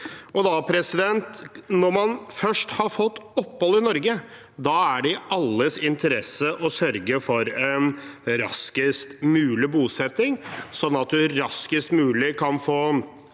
og sin familie. Når man først har fått opphold i Norge, er det i alles interesse å sørge for en raskest mulig bosetting, sånn at man raskest mulig kan få